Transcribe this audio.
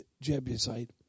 Jebusite